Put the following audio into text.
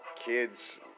Kids